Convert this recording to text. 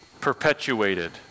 perpetuated